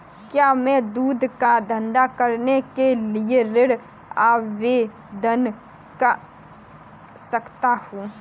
क्या मैं दूध का धंधा करने के लिए ऋण आवेदन कर सकता हूँ?